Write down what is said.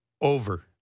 Over